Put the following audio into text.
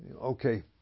okay